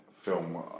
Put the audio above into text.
film